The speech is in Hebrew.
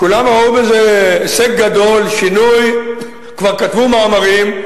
כולם ראו בזה הישג גדול, שינוי, כבר כתבו מאמרים.